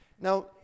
Now